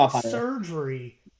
surgery